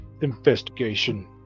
investigation